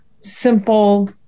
simple